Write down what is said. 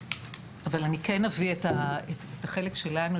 אבל אני כן אביא את החלק שלנו,